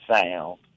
sound